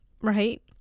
Right